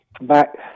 Back